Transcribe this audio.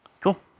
Cool